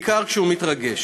בעיקר כשהוא מתרגש.